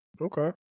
Okay